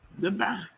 Goodbye